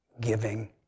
giving